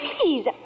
please